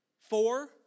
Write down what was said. Four